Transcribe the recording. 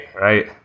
right